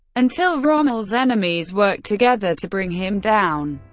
until rommel's enemies worked together to bring him down.